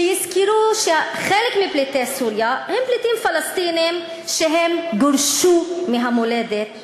שיזכרו שחלק מפליטי סוריה הם פליטים פלסטינים שגורשו מהמולדת שלהם,